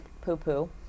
poo-poo